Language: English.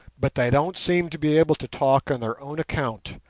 but they don't seem to be able to talk on their own account,